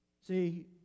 See